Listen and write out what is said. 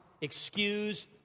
excuse